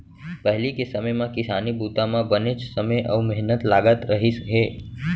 पहिली के समे म किसानी बूता म बनेच समे अउ मेहनत लागत रहिस हे